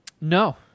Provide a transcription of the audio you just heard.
No